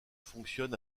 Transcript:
fonctionne